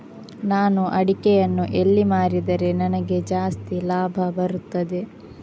ನಾನು ಅಡಿಕೆಯನ್ನು ಎಲ್ಲಿ ಮಾರಿದರೆ ನನಗೆ ಜಾಸ್ತಿ ಲಾಭ ಬರುತ್ತದೆ?